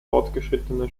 fortgeschrittene